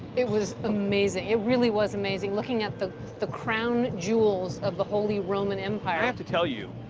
it was amazing. it really was amazing. looking at the the crown jewels of the holy roman empire. i have to tell you,